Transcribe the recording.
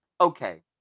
okay